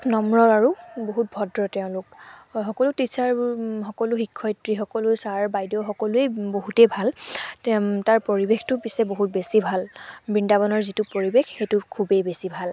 নম্ৰ আৰু বহুত ভদ্ৰ তেওঁলোক সকলো টিচাৰবোৰ সকলো শিক্ষয়িত্ৰী ছাৰ বাইদেউ সকলোৱেই বহুতেই ভাল তাৰ পৰিৱেশটোও পিছে বেছি ভাল বৃন্দাবনৰ যিটো পৰিৱেশ সেইটো খুবেই বেছি ভাল